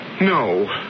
No